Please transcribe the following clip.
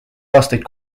aastaid